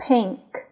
Pink